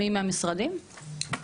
מי מהמשרדים?